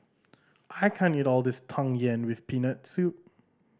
I can't eat all this Tang Yuen with Peanut Soup